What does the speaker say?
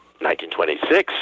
1926